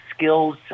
skills